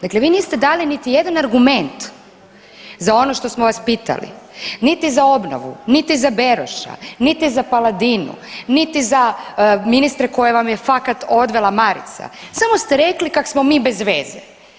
Dakle vi niste dali niti jedan argument za ono što smo vas pitali, niti za obnovu niti za Beroša niti za Paladinu niti za ministre koje vam je fakat odvela marica, samo ste rekli kak smo mi bez veze.